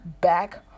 back